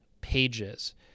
pages